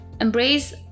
Embrace